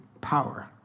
power